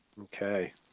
Okay